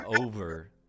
over